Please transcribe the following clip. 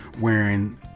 wearing